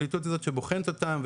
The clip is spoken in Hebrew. הפרקליטות הזאת שבוחנת אותם,